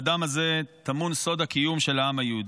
בדם הזה טמון סוד הקיום של העם היהודי.